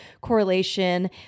correlation